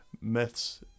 myths